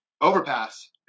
Overpass